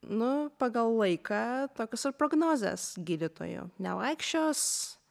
nu pagal laiką tokios ir prognozės gydytojų nevaikščios